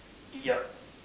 yup